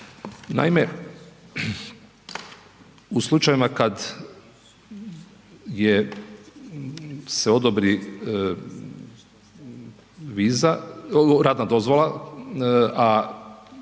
Naime, u slučajevima kad je se odobri viza, radna dozvola, a